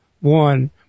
One